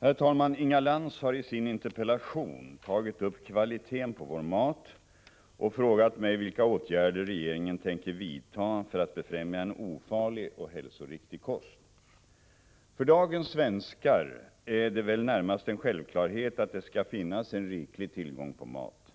Herr talman! Inga Lantz har i sin interpellation tagit upp kvaliteten på vår mat och frågat mig vilka åtgärder regeringen tänker vidta för att befrämja en ofarlig och hälsoriktig kost. För dagens svenskar är det väl närmast en självklarhet att det skall finnas en riklig tillgång på mat.